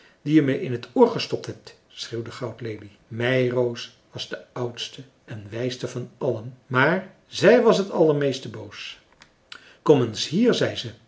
die je me in t oor gestopt hebt schreeuwde goudlelie meiroos was de oudste en wijste van allen maar zij was t allermeeste boos kom eens hier zei ze